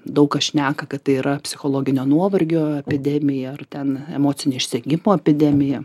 daug kas šneka kad tai yra psichologinio nuovargio epidemija ar ten emocinio išsekimo epidemija